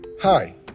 Hi